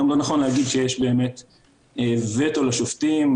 גם לא נכון להגיד שיש וטו לשופטים.